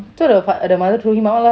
so the fa~ mother throw him out lah